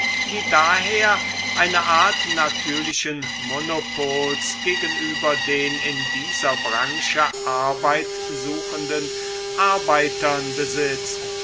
die daher eine art natürlichen monopols gegenüber den in dieser branche arbeit suchenden arbeitern besitzt